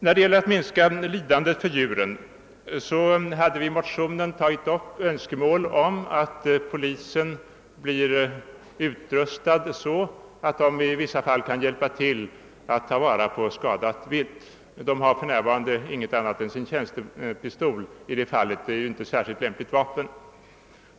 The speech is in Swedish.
När det gäller att minska lidandet för djuren hade vi motionärer tagit upp önskemål om att polisen skall få sådan utrustning, att den i vissa fall kan hjälpa till att ta vara på skadat vilt. Polismännen har för närvarande inget annat än sin tjänstepistol — ett i det fallet inte särskilt lämpligt vapen.